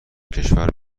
کشور